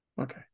Okay